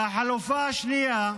והחלופה השנייה,